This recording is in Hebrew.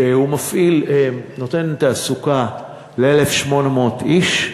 שנותן תעסוקה ל-1,800 איש,